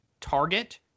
target